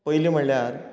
पयलें म्हळ्यार